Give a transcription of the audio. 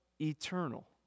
eternal